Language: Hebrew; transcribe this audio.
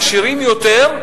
עשירים יותר,